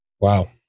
Wow